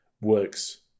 works